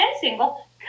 single